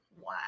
Wow